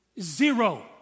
Zero